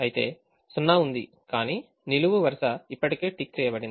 అయితే సున్నా ఉంది కానీ నిలువు వరుస ఇప్పటికే టిక్ చేయబడింది